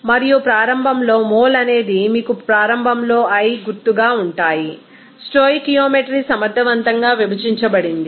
మరియు ప్రారంభంలో మోల్ అనేది మీకు ప్రారంభంలో i గుర్తుగా ఉంటాయి స్టోయికియోమెట్రీ సమర్థవంతంగా విభజించబడింది